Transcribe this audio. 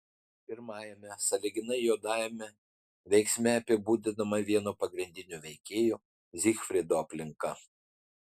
pirmajame sąlyginai juodajame veiksme apibūdinama vieno pagrindinių veikėjų zygfrido aplinka